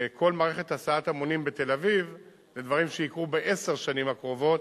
וכל מערכת הסעת ההמונים בתל-אביב אלה דברים שיקרו בעשר השנים הקרובות,